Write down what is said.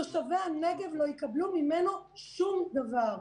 תושבי הנגב לא יקבלו ממנו שום דבר.